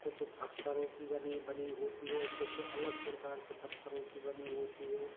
कुछ फत्थरों की बनी बनी होती हैं कुछ अलग प्रकार के पत्थरों की बनी होती हैं